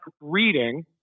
reading